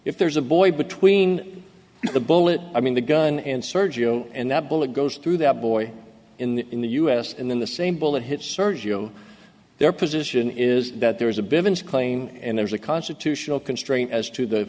if there's a boy between the bullet i mean the gun and sergio and the bullet goes through that boy in the u s and then the same bullet hits sergio their position is that there is a big claim and there's a constitutional constraint as to the